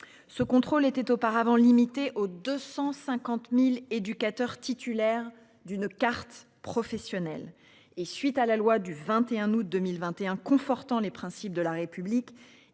Ce contrôle était auparavant limitée aux 250.000 éducateurs titulaires d'une carte professionnelle et suite à la loi du 21 août 2021 confortant les principes de la République,